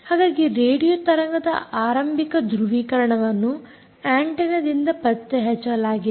ಹಾಗಾಗಿ ರೇಡಿಯೊ ತರಂಗದ ಆರಂಭಿಕ ಧೃವೀಕರಣವನ್ನು ಆಂಟೆನ್ನದಿಂದ ಪತ್ತೆಹಚ್ಚಲಾಗಿದೆ